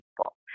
people